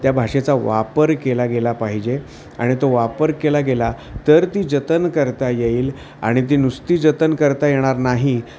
त्या भाषेचा वापर केला गेला पाहिजे आणि तो वापर केला गेला तर ती जतन करता येईल आणि ती नुसती जतन करता येणार नाही